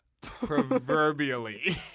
proverbially